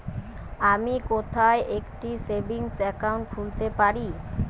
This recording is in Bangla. আমি কোথায় একটি সেভিংস অ্যাকাউন্ট খুলতে পারি?